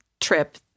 trip